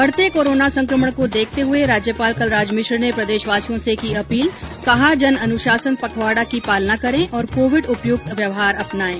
बढ़ते कोरोना संक्रमण को देखते हये राज्यपाल कलराज मिश्र ने प्रदेशवासियों से की अपील कहा जन अनुशासन पखवाडा की पालना करें और कोविड उपयुक्त व्यवहार अपनाएं